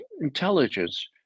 intelligence